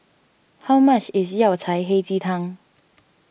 how much is Yao Cai Hei Ji Tang